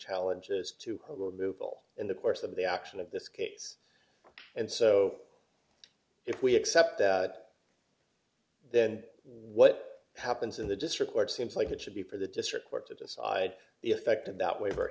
challenges to a loophole in the course of the action of this case and so if we accept that then what happens in the district court seems like it should be for the district court to decide the effect of that waiver